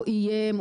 או איים,